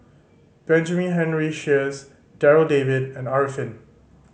Benjamin Henry Sheares Darryl David and Arifin